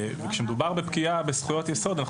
כאשר מדובר בפגיעה בזכויות יסוד,